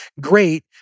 Great